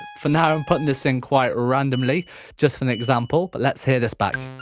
for now i'm putting this in quite randomly just for an example but let's hear this back.